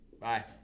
Bye